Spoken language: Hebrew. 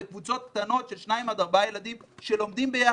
בקבוצות קטנות של שניים עד ארבעה ילדים שלומדים ביחד.